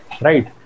Right